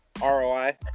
ROI